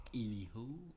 Anywho